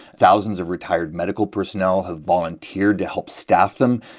thousands of retired medical personnel have volunteered to help staff them.